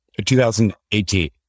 2018